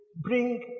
bring